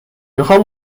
میخوام